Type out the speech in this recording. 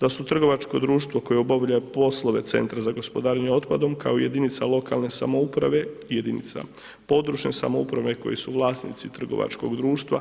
Da su trgovačko društvo koje obavlja poslove centra za gospodarenje otpadom kao i jedinica lokalne samouprave i jedinica područne samouprave koji su vlasnici trgovačkog društva